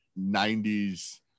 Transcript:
90s